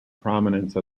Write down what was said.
prominence